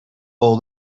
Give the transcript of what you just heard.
all